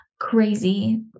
Crazy